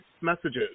messages